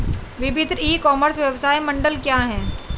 विभिन्न e commerce व्यवसाय model क्या हैं?